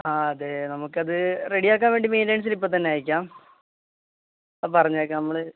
ആ അതെ നമുക്കത് റെഡിയാക്കാന്വേണ്ടി മെയിന്റെനന്സിലിപ്പോള് തന്നെ അയയ്ക്കാം അ പറഞ്ഞേക്കാം നമ്മള്